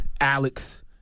Alex